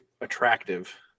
attractive